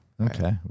Okay